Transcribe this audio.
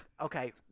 Okay